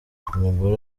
umugore